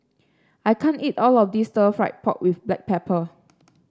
I can't eat all of this Stir Fried Pork with Black Pepper